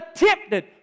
attempted